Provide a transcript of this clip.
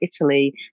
Italy